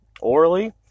orally